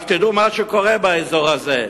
רק תראו מה קורה באזור הזה.